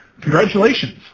Congratulations